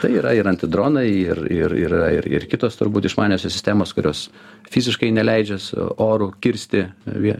tai yra ir antidronai ir ir ir ir kitos turbūt išmaniosios sistemos kurios fiziškai neleidžia su oru kirsti vie